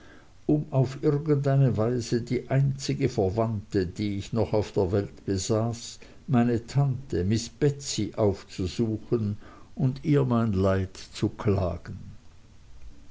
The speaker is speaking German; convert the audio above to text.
um auf irgend eine weise die einzige verwandte die ich noch auf der welt besaß meine tante miß betsey aufzusuchen und ihr mein leid zu klagen